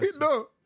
No